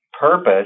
purpose